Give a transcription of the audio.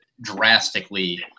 drastically